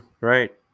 right